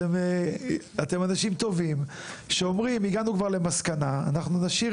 אתם אנשים טובים שאומרים: "אנחנו נשאיר